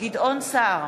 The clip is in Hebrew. גדעון סער,